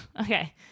Okay